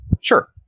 Sure